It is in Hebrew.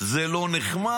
זה לא נחמד,